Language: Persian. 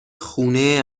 خونه